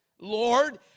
Lord